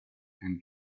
and